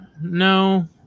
No